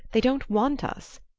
they don't want us.